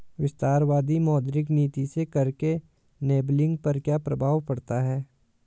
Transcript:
विस्तारवादी मौद्रिक नीति से कर के लेबलिंग पर क्या प्रभाव पड़ता है?